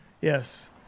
Yes